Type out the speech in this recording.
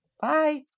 Bye